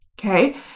Okay